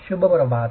शुभ प्रभात